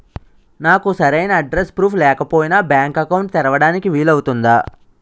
నాకు సరైన address proof లేకపోయినా బ్యాంక్ అకౌంట్ తెరవడానికి వీలవుతుందా?